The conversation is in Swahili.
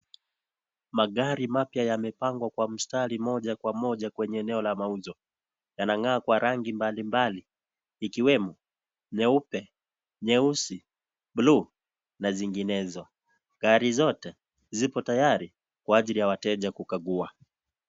Magari mapya yamepangwa kwa mustari moja kwa moja kwenye eneo la mauzo. Yanangaa kwa rangi mbali-mbali. Ikiwemo, nyeupe, nyeusi, buluu, na zinginezo. Gari zote, zipo tayari, kuajili ya wateja kukagua.